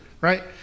right